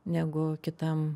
negu kitam